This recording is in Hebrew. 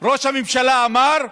ראש הממשלה אמר: